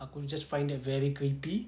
aku just find that very creepy